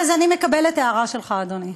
אני אמרתי, אז אני מקבלת את ההערה שלך, אדוני.